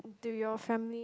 to your family